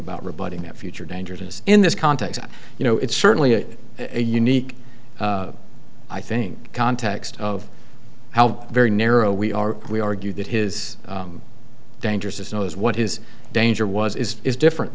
about rebutting that future dangerousness in this context you know it's certainly a unique i think context of how very narrow we are we argue that his dangerousness knows what his danger was is is different